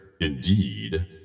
indeed